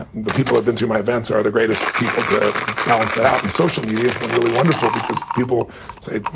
the people that have been to my events are the greatest people to balance that out. and social media has been really wonderful because people say,